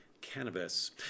cannabis